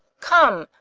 come,